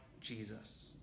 Jesus